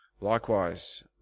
Likewise